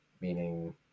meaning